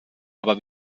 aber